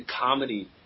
comedy